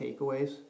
takeaways